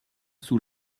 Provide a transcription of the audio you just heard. sous